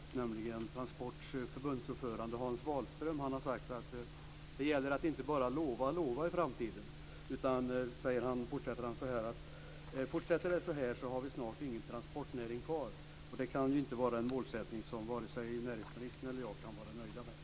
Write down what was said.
Transports förbundsordförande Hans Wahlström har sagt att det gäller att inte bara lova och lova i framtiden, utan om det fortsätter så här finns det snart ingen transportnäring kvar. Det kan inte vara en målsättning som vare sig näringsministern eller jag kan vara nöjda med.